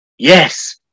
Yes